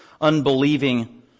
unbelieving